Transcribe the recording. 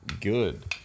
good